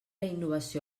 innovació